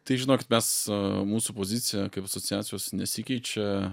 tai žinokit mes su mūsų pozicija kaip asociacijos nesikeičia